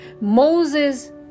Moses